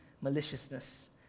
maliciousness